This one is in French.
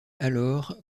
alors